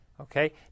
okay